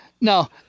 No